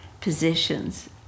positions